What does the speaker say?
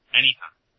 anytime